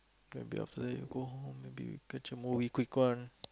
maybe after that you go home maybe you catch a movie